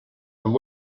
amb